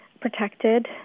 protected